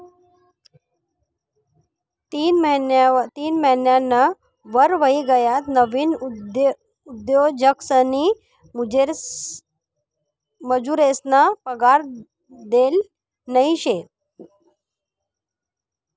तीन महिनाना वर व्हयी गयात नवीन उद्योजकसनी मजुरेसना पगार देल नयी शे